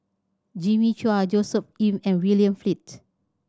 Jimmy Chua Joshua Ip and William Flint